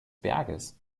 berges